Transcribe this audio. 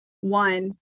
one